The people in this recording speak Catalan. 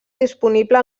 disponible